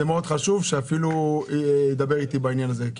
זה מאוד חשוב, שאפילו ידבר איתי בעניין הזה.